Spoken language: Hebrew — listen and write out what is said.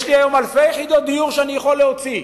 יש לי אלפי יחידות דיור שאני יכול להוציא,